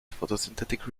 photosynthetic